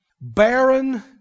barren